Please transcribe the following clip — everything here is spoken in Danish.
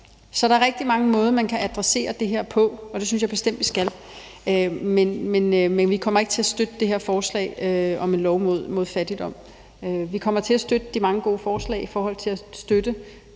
Så der er rigtig mange måder, man kan adressere det her på, og det synes jeg bestemt vi skal, men vi kommer ikke til at støtte det her forslag om en lov mod fattigdom. Vi kommer til at støtte de mange gode forslag i forhold til at støtte